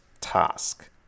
task